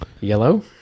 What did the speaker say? Yellow